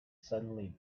suddenly